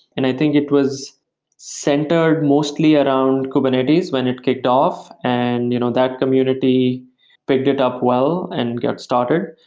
and i think it was centered mostly around kubernetes when it kicked off. and you know that community picked it up well and got started.